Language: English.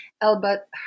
Albert